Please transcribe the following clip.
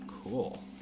Cool